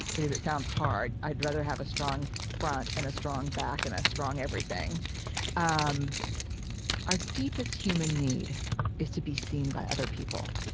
because it sounds hard. i'd rather have a strong front and a strong back and a strong everything um our deepest human need is to be seen by other people